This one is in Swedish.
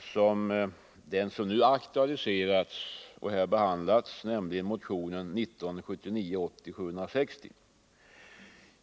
som det som har aktualiserats i motion 1979/80:760.